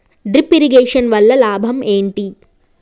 Drip irrigation వల్ల లాభం ఏంటి?